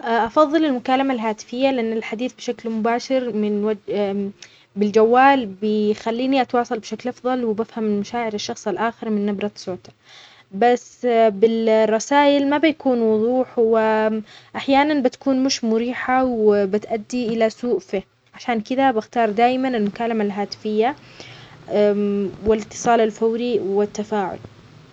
أفضل المكالمة الهاتفية، لأن الحديث بشكل مباشر من وجه من- بالجوال، بخليني أتواصل بشكل أفضل، وبفهم المشاعر، الشخص الآخر من نبرة صوته بس بالرسايل ما بيكون وضوح و أحيانا بتكون مش مريحة و بتأدي إلى سوء فهم، عشان كده بختار دايما المكالمة الهاتفية والاتصال الفوري والتفاعل